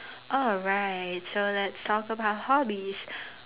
oh right so let's talk about hobbies